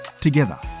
together